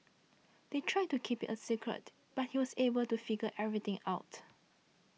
they tried to keep it a secret but he was able to figure everything out